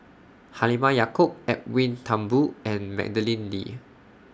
Halimah Yacob Edwin Thumboo and Madeleine Lee